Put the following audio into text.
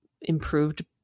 improved